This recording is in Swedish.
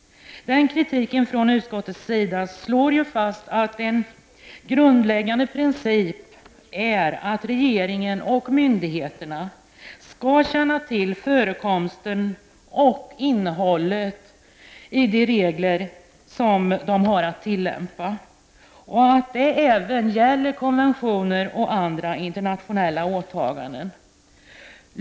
Den kritiken från utskottets sida slår ju fast att en grundläggande princip är att regeringen och myndigheterna skall känna till förekomsten av och innehållet i de regler som de har att tillämpa. Det gäller även konventioner och andra internationella åtaganden.